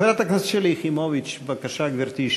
חברת הכנסת שלי יחימוביץ, בבקשה, גברתי.